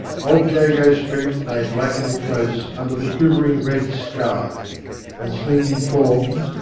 old jago street lay black and close under the quivering red sky and slinking forms,